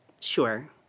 Sure